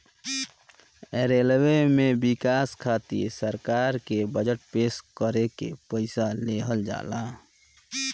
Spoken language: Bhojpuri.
रेलवे में बिकास खातिर सरकार के बजट पेश करके पईसा लेहल जाला